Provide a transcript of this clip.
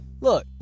Look